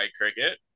Cricket